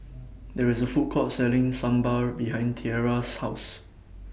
There IS A Food Court Selling Sambar behind Tiera's House